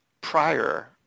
prior